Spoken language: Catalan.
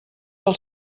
del